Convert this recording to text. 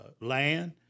land